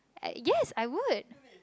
yes I would